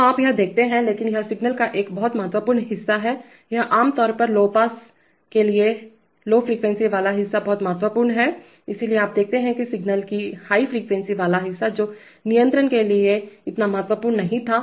तो आप यह देखते हैं लेकिन यह सिग्नल का एक बहुत महत्वपूर्ण हिस्सा हैयहआमतौर पर लौ पासके लिए लौ फ्रीक्वेंसी वाला हिस्सा बहुत महत्वपूर्ण है इसलिए आप देखते हैं कि सिग्नल की उच्चहाईफ्रीक्वेंसी वाला हिस्सा जो नियंत्रण के लिए इतना महत्वपूर्ण नहीं था